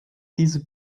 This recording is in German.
diese